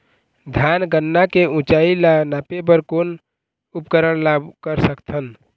धान गन्ना के ऊंचाई ला नापे बर कोन उपकरण ला कर सकथन?